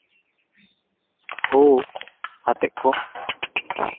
ᱦᱳ ᱟᱛᱮᱜ ᱠᱚ